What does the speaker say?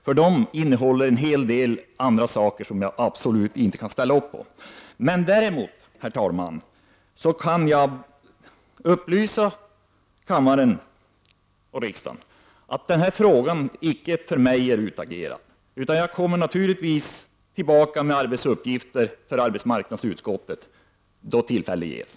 Den senare innehåller en hel del saker som jag absolut inte kan ställa upp på. Däremot, herr talman, kan jag upplysa riksdagen om att frågan för min del inte är utagerad. Naturligtvis kommer jag tillbaka med arbetsuppgifter för arbetsmarknadsutskottet då tillfälle ges.